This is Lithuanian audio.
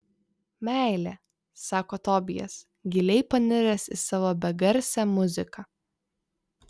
meilė sako tobijas giliai paniręs į savo begarsę muziką